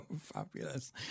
Fabulous